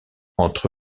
entre